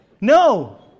No